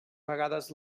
vegades